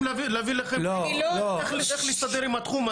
להבהיר לכם איך להסתדר עם התחום הזה.